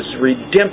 redemption